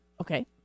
Okay